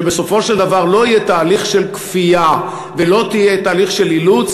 שבסופו של דבר לא יהיה תהליך של כפייה ולא יהיה תהליך של אילוץ,